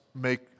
make